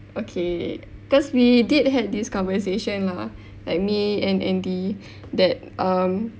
okay cause we did had this conversation lah like me and Andy that um